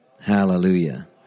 Hallelujah